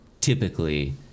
typically